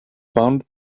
bounded